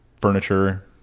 furniture